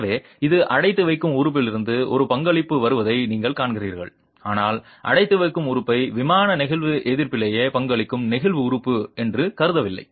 எனவே இது அடைத்து வைக்கும் உறுப்பிலிருந்து ஒரு பங்களிப்பு வருவதை நீங்கள் காண்கிறீர்கள் ஆனால் அடைத்து வைக்கும் உறுப்பை விமான நெகிழ்வு எதிர்ப்பிலேயே பங்களிக்கும் நெகிழ்வு உறுப்பு என்று கருதவில்லை